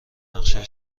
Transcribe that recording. نقشه